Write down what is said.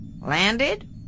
Landed